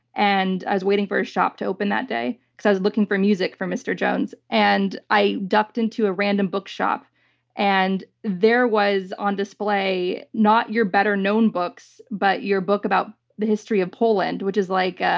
and i was waiting for his shop to open that day, because i was looking for music for mr. jones, and i ducked into a random bookshop and there was on display, not your better known books, but your book about the history of poland, which is like,